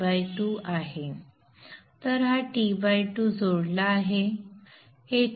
तर हा T 2 जोडला आहे